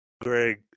Greg